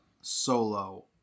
solo